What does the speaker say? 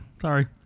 sorry